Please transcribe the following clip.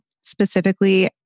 specifically